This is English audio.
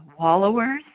wallowers